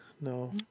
no